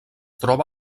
troba